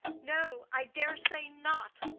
no, i dare say not,